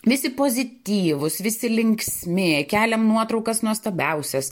visi pozityvūs visi linksmi keliam nuotraukas nuostabiausias